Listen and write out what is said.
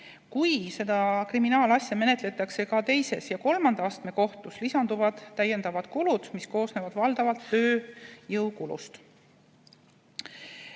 Kui kriminaalasja menetletakse ka teise ja kolmanda astme kohtus, lisanduvad täiendavad kulud, mis koosnevad valdavalt tööjõukulust.